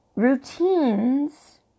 Routines